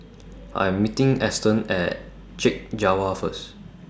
I Am meeting Eston At Chek Jawa First